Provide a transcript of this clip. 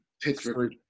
Pittsburgh